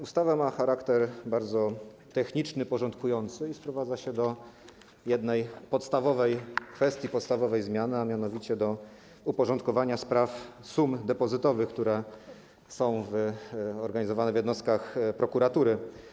Ustawa ma charakter bardzo techniczny, porządkujący i sprowadza się do jednej podstawowej kwestii, podstawowej zmiany, a mianowicie do uporządkowania spraw sum depozytowych, które są organizowane w jednostkach prokuratury.